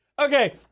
Okay